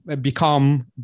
become